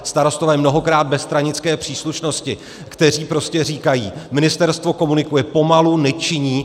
Starostové mnohokrát bez stranické příslušnosti, kteří prostě říkají: ministerstvo komunikuje pomalu, nečiní.